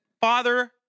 father